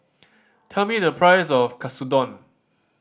tell me the price of Katsudon